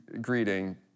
greeting